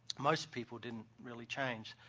most people didn't really change.